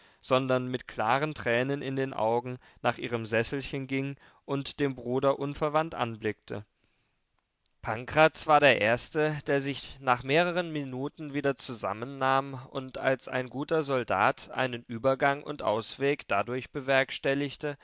sondern mit klaren tränen in den augen nach ihrem sesselchen ging und den bruder unverwandt anblickte pankraz war der erste der sich nach mehreren minuten wieder zusammennahm und als ein guter soldat einen übergang und ausweg dadurch bewerkstelligte